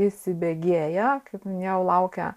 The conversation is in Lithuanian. įsibėgėja kaip minėjau laukia